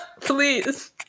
Please